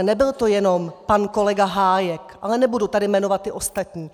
Nebyl to jenom pan kolega Hájek, ale nebudu tady jmenovat ty ostatní.